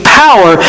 power